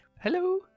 Hello